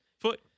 foot